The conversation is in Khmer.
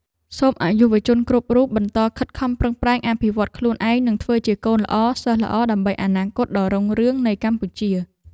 សូមឱ្យយុវជនគ្រប់រូបបន្តខិតខំប្រឹងប្រែងអភិវឌ្ឍន៍ខ្លួនឯងនិងធ្វើជាកូនល្អសិស្សល្អដើម្បីអនាគតដ៏រុងរឿងនៃកម្ពុជា។